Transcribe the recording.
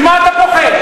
ממה אתה פוחד?